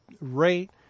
rate